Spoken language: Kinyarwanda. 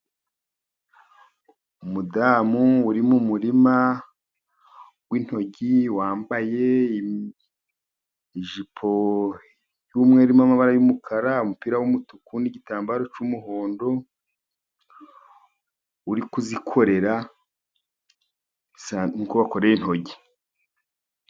Umudamu urimo umurima w'intoryi wambaye ijipo y'umweru n'amabara y'umukara, umupira w'umutuku n'igitambaro cy'umuhondo uri kuzikorera y'itoki.